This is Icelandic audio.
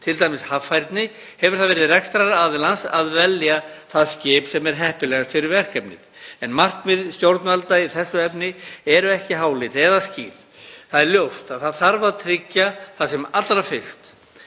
t.d. um haffærni, sé það rekstraraðilans að velja það skip sem er heppilegast fyrir verkefnið. En markmið stjórnvalda í þessu efni eru ekki háleit eða skýr. Það er ljóst að tryggja þarf sem allra fyrst